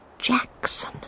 Jackson